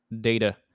data